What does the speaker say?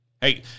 Hey